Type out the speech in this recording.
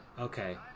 okay